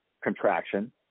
contraction